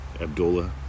Abdullah